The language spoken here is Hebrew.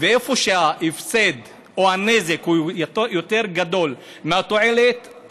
ואיפה שההפסד או הנזק הוא יותר גדול מהתועלת,